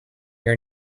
your